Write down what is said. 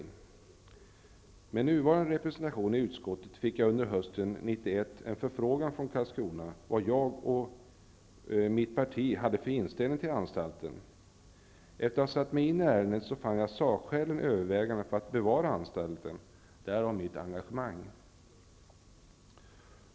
I och med nuvarande representation i utskottet fick jag under hösten 1991 en förfrågan från Karlskrona vilken inställning till anstalten jag och vårt parti hade, Efter att ha satt mig in i ärendet fann jag sakskälen övervägande för att bevara anstalten, därav mitt engagemang.